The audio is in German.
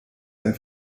einen